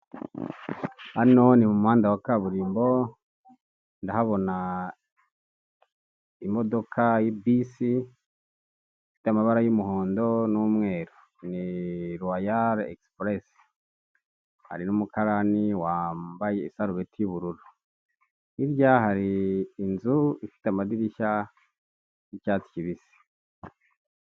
Hoteri nini iri mu bwoko bwa etaje igeretse gatatu yanditseho giriti apatimenti hoteri ivuze ko ari hoteri nziza irimo amacumbi akodeshwa.